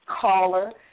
caller